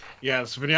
Yes